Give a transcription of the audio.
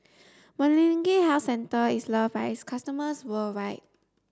Molnylcke health care is loved by its customers worldwide